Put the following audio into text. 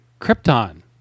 Krypton